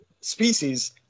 species